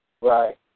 Right